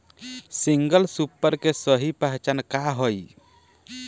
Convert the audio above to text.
Single super के सही पहचान का हई?